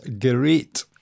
great